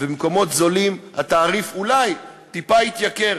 ובמקומות זולים התעריף אולי טיפה יתייקר.